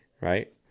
right